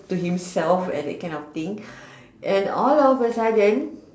to himself and that kind of thing and all of a sudden